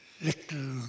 little